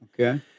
Okay